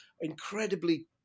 incredibly